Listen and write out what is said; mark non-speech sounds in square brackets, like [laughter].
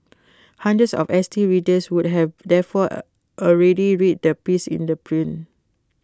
hundreds of S T readers would have therefore [hesitation] already read the piece in the print